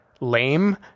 lame